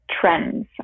trends